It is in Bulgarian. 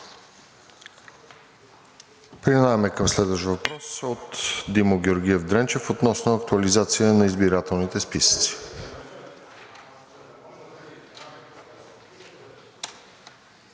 Преминаваме към следващия въпрос от Димо Георгиев Дренчев относно актуализация на избирателните списъци.